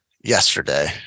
yesterday